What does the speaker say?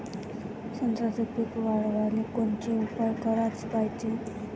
संत्र्याचं पीक वाढवाले कोनचे उपाव कराच पायजे?